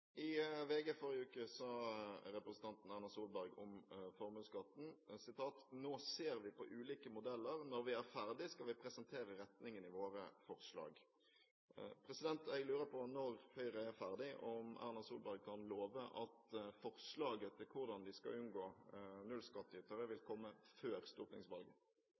I VG forrige uke sa representanten Erna Solberg om formuesskatten: «Nå ser vi på ulike modeller. Når vi er ferdig, skal vi presentere retningen i våre forslag.» Jeg lurer på når Høyre er ferdig, og om Erna Solberg kan love at forslaget til hvordan vi skal unngå nullskattytere, vil komme før stortingsvalget.